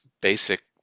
basic